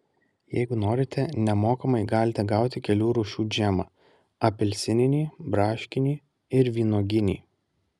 jeigu norite nemokamai galite gauti kelių rūšių džemą apelsininį braškinį ir vynuoginį